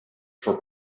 for